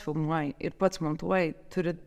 filmuoji ir pats montuoji turi